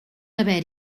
haver